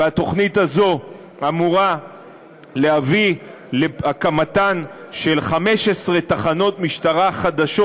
והתוכנית הזאת אמורה להביא להקמתן של 15 תחנות משטרה חדשות.